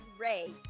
Ray